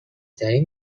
ترین